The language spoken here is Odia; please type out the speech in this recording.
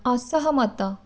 ଅସହମତ